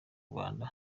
rwanda